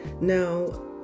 now